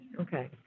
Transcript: Okay